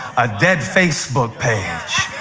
a dead facebook page?